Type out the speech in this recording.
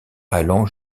allant